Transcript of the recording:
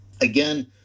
Again